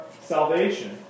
salvation